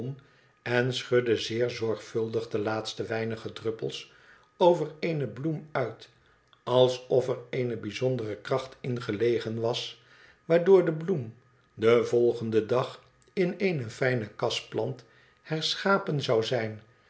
en schudde zeer zorgvuldig de laatste weinige druppels over eene bloem uit alsof er eene bijzondere kracht in gelegen was waardoor de bloem den volgenden dag in eene fijue kasplant herschapen zou zijn